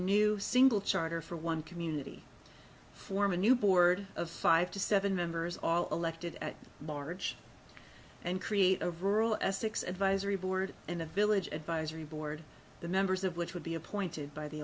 new single charter for one community form a new board of five to seven members all elected at large and create a rural essex advisory board and a village advisory board the members of which would be appointed by the